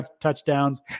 touchdowns